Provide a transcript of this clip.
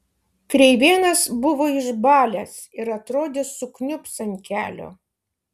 kreivėnas buvo išbalęs ir atrodė sukniubs ant kelio